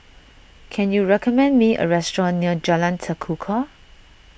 can you recommend me a restaurant near Jalan Tekukor